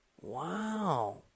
Wow